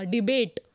Debate